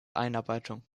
einarbeitung